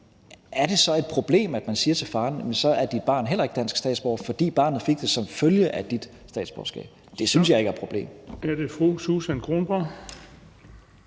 er det så et problem, at man siger til faren, at jamen så er dit barn heller ikke dansk statsborger, fordi barnet fik det som følge af dit statsborgerskab? Det synes jeg ikke er et problem.